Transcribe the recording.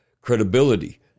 credibility